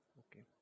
okay